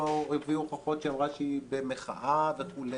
הביאו הוכחות שהיא אמרה שהיא במחאה וכו',